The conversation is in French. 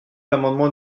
l’amendement